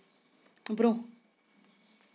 برٛونٛہہ